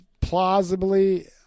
plausibly